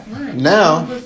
Now